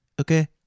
okay